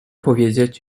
powiedzieć